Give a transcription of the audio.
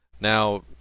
Now